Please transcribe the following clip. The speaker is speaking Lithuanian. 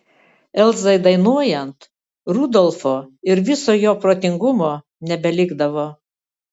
elzai dainuojant rudolfo ir viso jo protingumo nebelikdavo